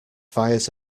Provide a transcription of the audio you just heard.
fires